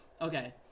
Okay